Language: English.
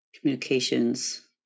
communications